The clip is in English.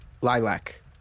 Lilac